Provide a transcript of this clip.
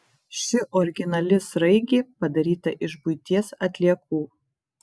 ši originali sraigė padaryta iš buities atliekų